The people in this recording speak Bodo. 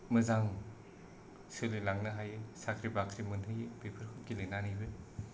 मोजां सोलिलांनो हायो साख्रि बाख्रि मोनहैयो बेफोरखौ गेलेनानैबो